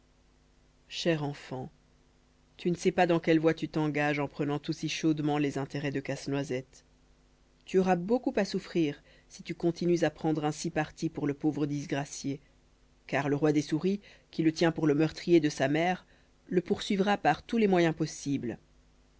chère enfant tu ne sais pas dans quelle voie tu t'engages en prenant aussi chaudement les intérêts de casse-noisette tu auras beaucoup à souffrir si tu continues à prendre ainsi parti pour le pauvre disgracié car le roi des souris qui le tient pour le meurtrier de sa mère le poursuivra par tous les moyens possibles